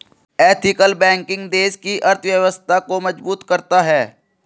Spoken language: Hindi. एथिकल बैंकिंग देश की अर्थव्यवस्था को मजबूत करता है